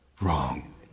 wrong